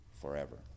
forever